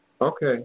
Okay